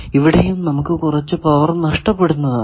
ഇവിടെയും നമുക്ക് കുറച്ചു പവർ നഷ്ടപ്പെടുന്നതാണ്